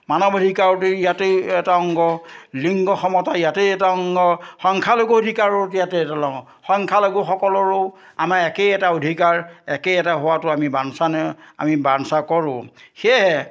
মানৱ অধিকাৰতেই ইয়াতেই এটা অংগ লিংগ সমতা ইয়াতেই এটা অংগ সংখ্যালঘুৰ অধিকাৰোতো ইয়াতেই এটা লওঁ সংখ্যালঘুসকলৰো আমাৰ একেই এটা অধিকাৰ একেই এটা হোৱাটো আমি বাঞ্ছনীয় আমি বাঞ্ছা কৰোঁ সেয়েহে